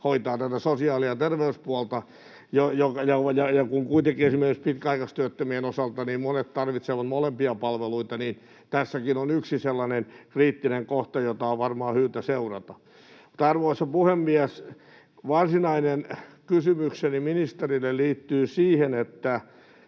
hoitavat tätä sosiaali- ja terveyspuolta. Kun kuitenkin esimerkiksi pitkäaikaistyöttömien osalta monet tarvitsevat molempia palveluita, niin tässäkin on yksi sellainen kriittinen kohta, jota on varmaan syytä seurata. Arvoisa puhemies! Varsinainen kysymykseni ministerille liittyy siihen,